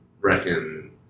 reckon